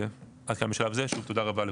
ועד כאן בשלב זה, ותודה רבה לכולם.